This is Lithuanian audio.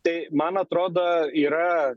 tai man atrodo yra